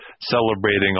celebrating